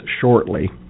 shortly